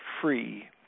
free